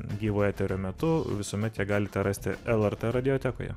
gyvo eterio metu visuomet galite rasti lrt radiotekoje